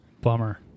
Bummer